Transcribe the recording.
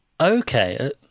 Okay